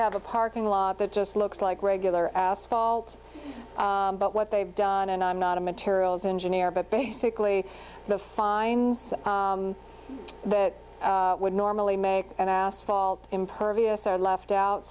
have a parking lot that just looks like regular asphalt but what they've done and i'm not a materials engineer but basically the fine that would normally make an asphalt impervious are left out